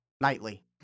Nightly